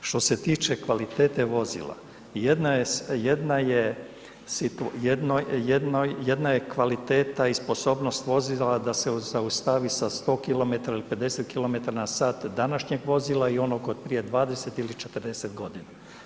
Što se tiče kvalitete vozila, jedna je kvaliteta i sposobnost vozila da se zaustavi sa 100km ili 50km na sat današnjeg vozila i onog od prije 20 ili 40 godina.